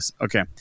Okay